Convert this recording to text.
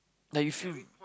like you feel